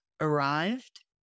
arrived